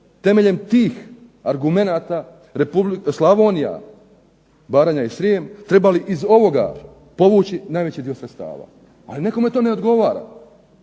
temeljem tih argumenata Slavonija, Baranja i Srijem trebali iz ovoga povući najveći dio sredstava. Ali nekome to ne odgovara,